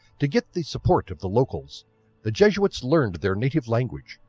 to get the support of the localites the jesuits learnt their native language,